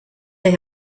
they